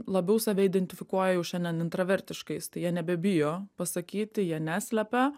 labiau save identifikuoja jau šiandien intravertiškais tai jie nebebijo pasakyti jie neslepia